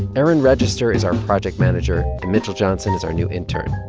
erin register is our project manager, and mitchell johnson is our new intern.